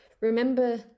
remember